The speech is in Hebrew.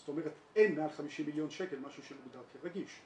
זאת אומרת אין מעל 50 מיליון שקל משהו שמוגדר כרגיש.